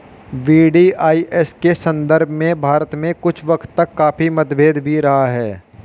VDIS के संदर्भ में भारत में कुछ वक्त तक काफी मतभेद भी रहा है